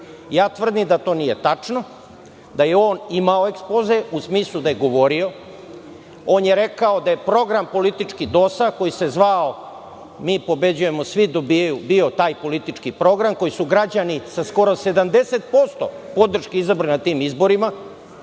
Tvrdim da to nije tačno, da je on imao ekspoze, u smislu da je govorio. On je rekao da je politički program DOS, koji se zvao „Mi pobeđujemo, a svi dobijaju“, bio taj politički program koji su građani sa skoro 70% podrške izabrali na tim izborima.